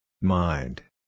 Mind